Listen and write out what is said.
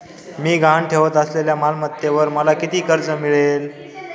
मी गहाण ठेवत असलेल्या मालमत्तेवर मला किती कर्ज मिळेल?